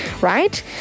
right